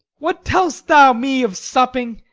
what tell'st thou me of supping?